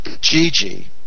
Gigi